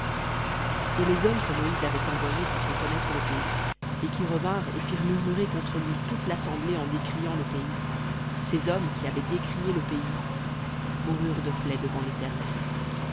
et les hommes que moïse avait envoyés pour reconnaître le pays et qui revinrent et firent murmurer contre lui toute l'assemblée en décriant le pays ces hommes qui avaient décrié le pays moururent de plaie devant l'éternel